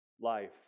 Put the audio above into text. life